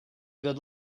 good